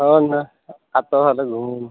हो ना आताच आलो घुमून